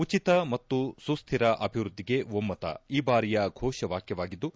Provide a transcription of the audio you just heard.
ಉಚಿತ ಮತ್ತು ಸುಸ್ಥಿರ ಅಭಿವೃದ್ಧಿಗೆ ಒಮ್ಮತ ಈ ಬಾರಿಯ ಘೋಷ ವಾಕ್ಯವಾಗಿದ್ದು